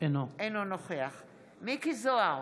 אינו נוכח מכלוף מיקי זוהר,